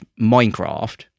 minecraft